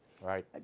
Right